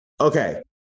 okay